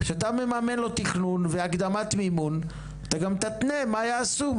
שאתה מממן לו תכנון והקדמת מימון אתה גם תתנה מה יעשו,